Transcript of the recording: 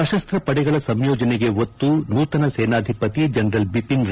ಸಶಸ್ತ್ವಪಡೆಗಳ ಸಂಯೋಜನೆಗೆ ಒತ್ತು ನೂತನ ಸೇನಾಧಿಪತಿ ಜನರಲ್ ಬಿಪಿನ್ ರಾವತ್